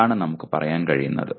അതാണ് നമുക്ക് പറയാൻ കഴിയുന്നത്